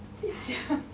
it's ya